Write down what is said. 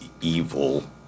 evil